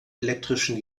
elektrischen